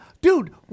Dude